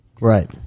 right